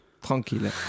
tranquille